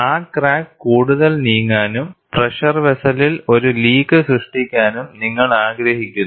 ആ ക്രാക്ക് കൂടുതൽ നീങ്ങാനും പ്രഷർ വെസ്സലിൽ ഒരു ലീക്ക് സൃഷ്ടിക്കാനും നിങ്ങൾ ആഗ്രഹിക്കുന്നു